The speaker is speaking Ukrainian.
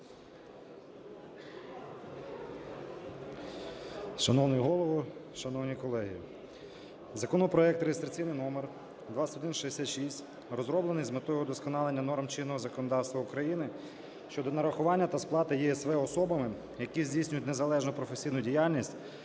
Шановний Голово, шановні колеги, законопроект реєстраційний номер 2166 розроблений з метою удосконалення норм чинного законодавства України щодо нарахування та сплати ЄСВ особами, які здійснюють незалежну професійну діяльність,